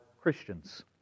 Christians